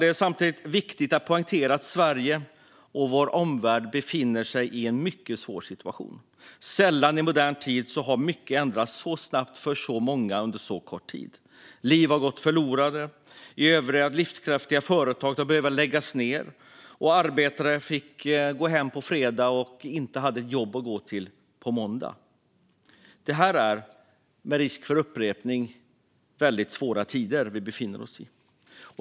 Det är samtidigt viktigt att poängtera att Sverige och vår omvärld befinner sig i en mycket svår situation. Sällan i modern tid har så mycket ändrats så snabbt för så många under så kort tid. Liv har gått förlorade. I övrigt livskraftiga företag har behövt läggas ned, och arbetare fick gå hem på en fredag utan att ha ett jobb att gå till på måndagen. Det här är, med risk för upprepning, svåra tider vi befinner oss i.